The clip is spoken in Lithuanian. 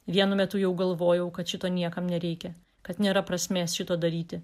vienu metu jau galvojau kad šito niekam nereikia kad nėra prasmės šito daryti